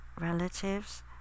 relatives